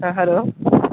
ᱦᱮᱸ ᱦᱮᱞᱳ